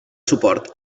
suport